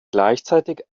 gleichzeitig